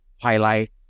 highlight